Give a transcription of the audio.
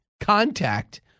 contact